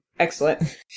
Excellent